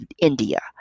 India